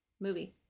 movie